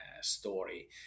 story